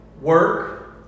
work